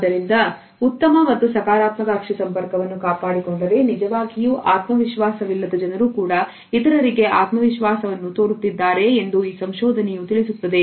ಆದ್ದರಿಂದ ಉತ್ತಮ ಮತ್ತು ಸಕಾರಾತ್ಮಕ ಅಕ್ಷಿ ಸಂಪರ್ಕವನ್ನು ಕಾಪಾಡಿಕೊಂಡರೆ ನಿಜವಾಗಿ ಆತ್ಮವಿಶ್ವಾಸ ವಿಲ್ಲದ ಜನರು ಕೂಡ ಇತರರಿಗೆ ಆತ್ಮವಿಶ್ವಾಸವನ್ನು ತೋರುತ್ತಿದ್ದಾರೆ ಎಂದು ಈ ಸಂಶೋಧನೆಯು ತಿಳಿಸುತ್ತದೆ